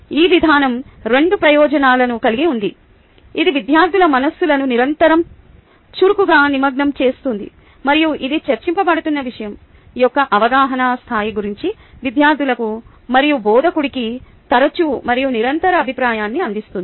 ఈ విధానం రెండు ప్రయోజనాలను కలిగి ఉంది ఇది విద్యార్థుల మనస్సులను నిరంతరం చురుకుగా నిమగ్నం చేస్తుంది మరియు ఇది చర్చించబడుతున్న విషయం యొక్క అవగాహన స్థాయి గురించి విద్యార్థులకు మరియు బోధకుడికి తరచూ మరియు నిరంతర అభిప్రాయాన్ని అందిస్తుంది